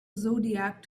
zodiac